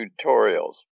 tutorials